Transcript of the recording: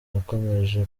yakomeje